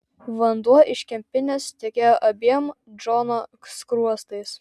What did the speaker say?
vanduo iš kempinės tekėjo abiem džono skruostais